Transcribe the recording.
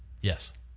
Yes